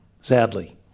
sadly